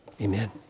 Amen